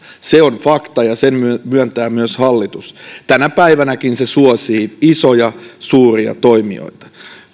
se on fakta ja sen myöntää myös hallitus tänä päivänäkin se suosii isoja suuria toimijoita